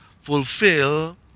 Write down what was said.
fulfill